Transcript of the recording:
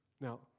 Now